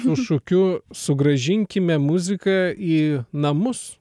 su šūkiu sugrąžinkime muziką į namus